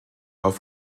auf